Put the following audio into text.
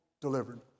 delivered